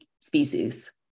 species